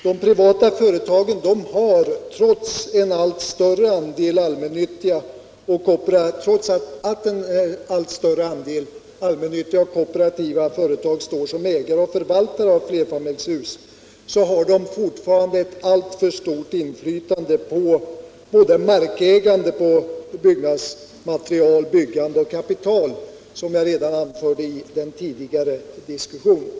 De privata företagen har, trots att en allt större andel allmännyttiga och kooperativa företag står som ägare och förvaltare av flerfamiljshus, fortfarande ett alltför stort inflytande över markägande, byggnadsmaterial, byggande och kapital, vilket jag anförde redan i den tidigare diskussionen.